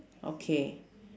okay